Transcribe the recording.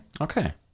okay